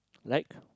like